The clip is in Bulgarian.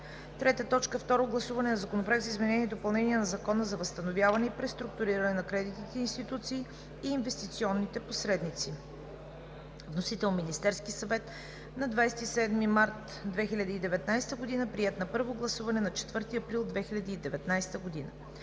2019 г. 3. Второ гласуване на Законопроекта за изменение и допълнение на Закона за възстановяване и преструктуриране на кредитни институции и инвестиционни посредници. Вносител: Министерският съвет, 27 март 2019 г. Приет на първо гласуване на 10 април 2019 г.